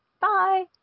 Bye